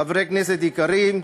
חברי כנסת יקרים,